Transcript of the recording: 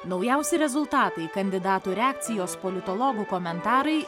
naujausi rezultatai kandidatų reakcijos politologų komentarai